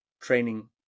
training